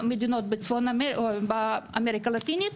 באמריקה הלטינית.